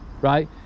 right